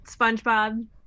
Spongebob